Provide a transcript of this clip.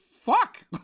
Fuck